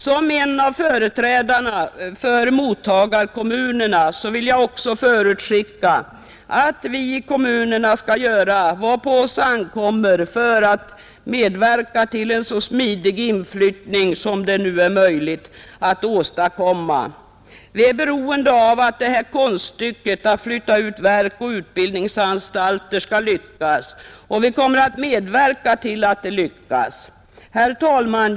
Som en av företrädarna för mottagarkommunerna vill jag också förutskicka att vi i kommunerna skall göra vad på oss ankommer för att medverka till en så smidig inflyttning som möjligt, vilket ju är en förutsättning för att detta konststycke att flytta ut verk och utbildningsanstalter skall lyckas. Vi kommer att medverka till att det lyckas! Fru talman!